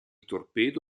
torpedo